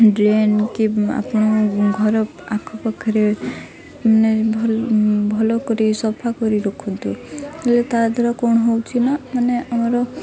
drain କି ଆପଣ ଘର ଆଖ ପାଖରେ ମାନେ ଭଲ ଭଲ କରି ସଫା କରି ରଖନ୍ତୁ ହେଲେ ତା'ଦ୍ଵାରା କ'ଣ ହେଉଛି ନା ମାନେ ଆମର